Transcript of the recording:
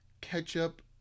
Ketchup